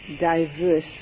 diverse